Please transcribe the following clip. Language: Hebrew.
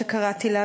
שקראתי לה,